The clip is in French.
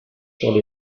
sur